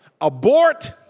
abort